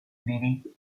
mêler